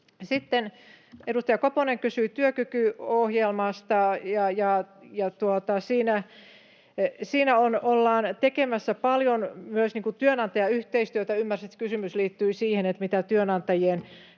Sitten edustaja Koponen kysyi työkykyohjelmasta. Siinä ollaan tekemässä paljon myös työnantajayhteistyötä — ymmärsin, että kysymys liittyi siihen, mitä työnantajien